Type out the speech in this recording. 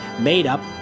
made-up